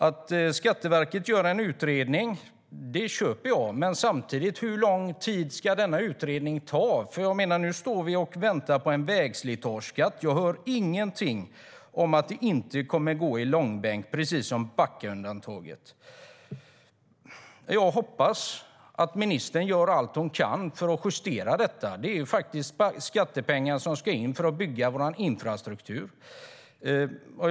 Att Skatteverket gör en utredning kan jag köpa, men hur lång tid ska denna utredning ta? Nu väntar vi på en vägslitageskatt. Ingenting säger att inte detta också kommer att hamna i långbänk, precis som Backaundantaget. Jag hoppas att ministern gör allt hon kan för att justera detta. Det handlar om skattepengar som ska in för att bygga vår infrastruktur.